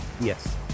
yes